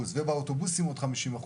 ובאוטובוסים עוד 50%,